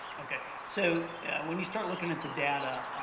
okay, so when you start looking at the data